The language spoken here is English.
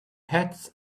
hats